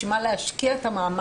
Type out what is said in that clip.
בשביל מה להשקיע את המאמץ,